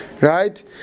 Right